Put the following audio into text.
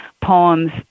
poems